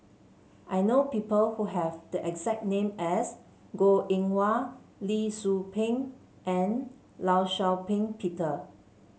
I know people who have the exact name as Goh Eng Wah Lee Tzu Pheng and Law Shau Ping Peter